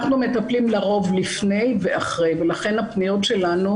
אנחנו מטפלים לרוב לפני ואחרי ולכן הפניות שלנו